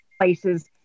places